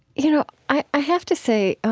you know, i i have to say,